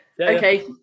okay